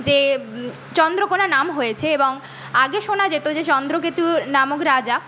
যে চন্দ্রকোণা নাম হয়েছে এবং আগে শোনা যেত যে চন্দ্রকেতু নামক রাজা